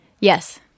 Yes